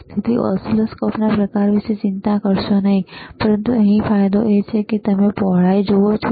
તેથી ઓસિલોસ્કોપ્સના પ્રકાર વિશે ચિંતા કરશો નહીં પરંતુ અહીં ફાયદો એ છે કે તમે પહોળાઈ જુઓ છો